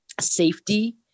safety